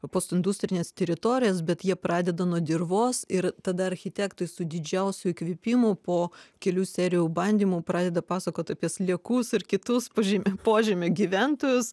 postindustrines teritorijas bet jie pradeda nuo dirvos ir tada architektai su didžiausiu įkvėpimu po kelių serijų bandymų pradeda pasakot apie sliekus ir kitus pažym požemio gyventojus